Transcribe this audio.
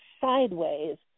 sideways